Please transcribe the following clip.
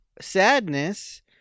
sadness